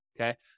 okay